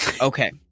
Okay